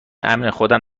امنهخودم